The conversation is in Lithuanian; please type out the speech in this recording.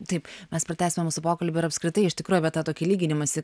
taip mes pratęsime mūsų pokalbį ir apskritai iš tikrųjų apie tą tokį lyginimąsi